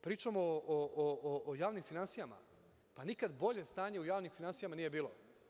Pričamo o javnim finansijama, pa nikada bolje stanje u javnim finansijama nije bilo.